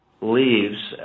leaves